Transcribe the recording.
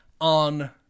on